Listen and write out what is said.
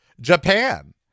Japan